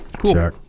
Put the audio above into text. cool